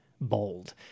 bold